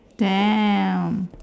damn